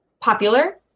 popular